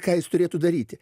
ką jis turėtų daryti